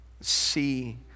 see